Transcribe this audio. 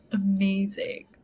amazing